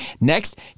Next